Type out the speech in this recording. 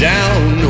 Down